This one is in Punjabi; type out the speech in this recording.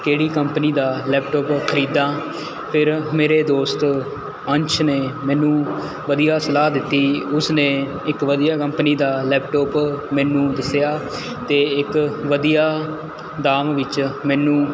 ਕਿਹੜੀ ਕੰਪਨੀ ਦਾ ਲੈਪਟੋਪ ਖਰੀਦਾਂ ਫਿਰ ਮੇਰੇ ਦੋਸਤ ਅੰਸ਼ ਨੇ ਮੈਨੂੰ ਵਧੀਆ ਸਲਾਹ ਦਿੱਤੀ ਉਸ ਨੇ ਇੱਕ ਵਧੀਆ ਕੰਪਨੀ ਦਾ ਲੈਪਟੋਪ ਮੈਨੂੰ ਦੱਸਿਆ ਅਤੇ ਇੱਕ ਵਧੀਆ ਦਾਮ ਵਿੱਚ ਮੈਨੂੰ